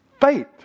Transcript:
faith